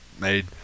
made